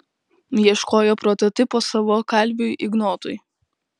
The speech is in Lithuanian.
ieškojo prototipo savo kalviui ignotui